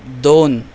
दोन